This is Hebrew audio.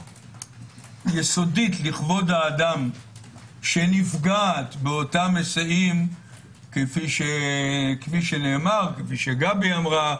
היסודית לכבוד הדם שנפגעת באותם היסעים כפי שגבי אמרה,